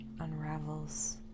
unravels